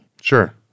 Sure